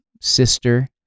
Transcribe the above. sister